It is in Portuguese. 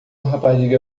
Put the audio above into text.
rapariga